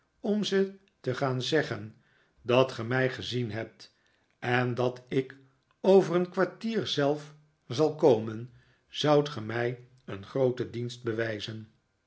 om ze te gaan zeggen dat ge mij gezien hebt en dat ik over een kwartier zelf zal komen zoudt ge mij een grooten dienst bewijzen